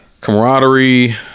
Camaraderie